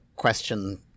question